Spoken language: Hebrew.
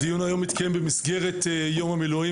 הדיון היום יתקיים במסגרת יום המילואים